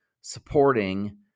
supporting